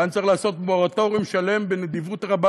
כאן צריך לעשות מורטוריום שלם בנדיבות רבה